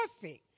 perfect